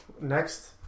next